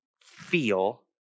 feel